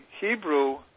Hebrew